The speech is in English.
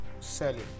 selling